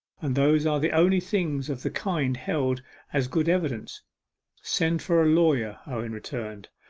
and those are the only things of the kind held as good evidence send for a lawyer owen returned,